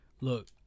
Look